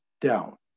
down